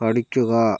പഠിക്കുകാ